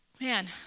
man